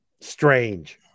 strange